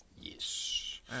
Yes